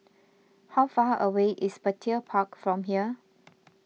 how far away is Petir Park from here